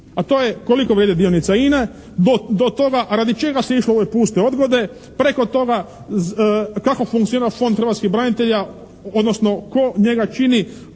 a to je koliko vrijedi dionica INA-e do toga radi čega se išlo u ove puste odgode preko toga kako funkcionira Fond hrvatskih branitelja odnosno tko njega čini,